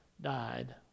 died